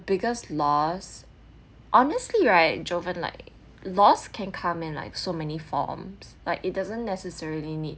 biggest loss honestly right jovan like loss can come in like so many forms like it doesn't necessarily need